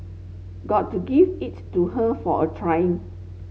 gotta give it to her for a trying